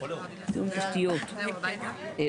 גם ספציפיות בתוך הזה,